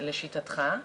לשיטתך.